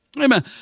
Amen